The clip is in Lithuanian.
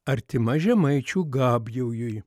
artima žemaičių gabjaujui